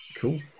Cool